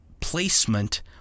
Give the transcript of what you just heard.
placement